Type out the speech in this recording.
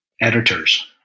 editors